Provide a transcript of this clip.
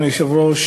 אדוני היושב-ראש,